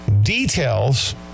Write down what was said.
details